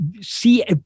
see